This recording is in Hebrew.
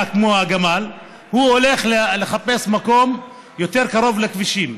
כמו הגמל הוא הולך לחפש מקום יותר קרוב לכבישים.